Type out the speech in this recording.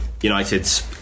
United's